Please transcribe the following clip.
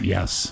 Yes